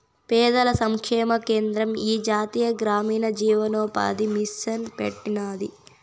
పేదల సంక్షేమ కేంద్రం ఈ జాతీయ గ్రామీణ జీవనోపాది మిసన్ పెట్టినాది